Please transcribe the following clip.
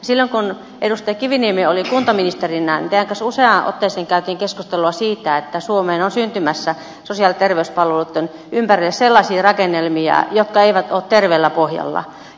silloin kun edustaja kiviniemi oli kuntaministerinä teidän kanssanne useaan otteeseen käytiin keskustelua siitä että suomeen on syntymässä sosiaali ja terveyspalveluitten ympärille sellaisia rakennelmia jotka eivät ole terveellä pohjalla